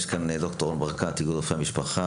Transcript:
נמצא כאן ד"ר ברקת מאיגוד רופאי המשפחה,